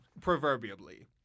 proverbially